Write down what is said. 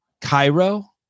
Cairo